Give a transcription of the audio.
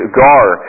gar